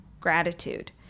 gratitude